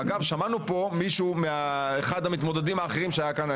אגב שמענו פה מאחד המתמודדים האחרים שהיה כאן,